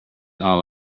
all